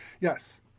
yes